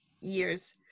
years